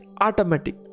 automatic